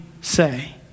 say